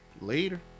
Later